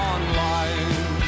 Online